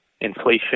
inflation